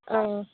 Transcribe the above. অঁ